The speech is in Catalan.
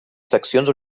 seccions